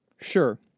Sure